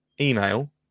email